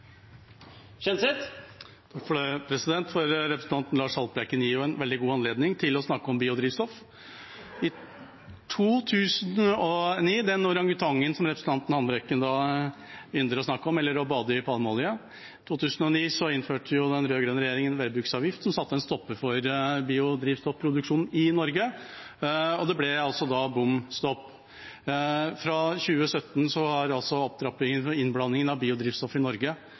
representanten Lars Haltbrekken, ga meg en veldig god anledning til å snakke om biodrivstoff. I 2009 – den orangutangen som representanten Haltbrekken ynder å snakke om, eller å bade i palmeolje – innførte den rød-grønne regjeringa veibruksavgift, noe som satte en stopper for biodrivstoffproduksjon i Norge. Det ble bom stopp. Fra 2017 har opptrappingen av innblanding av biodrivstoff i Norge